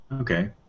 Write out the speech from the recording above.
Okay